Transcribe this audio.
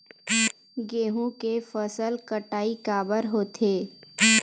गेहूं के फसल कटाई काबर होथे?